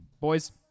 Boys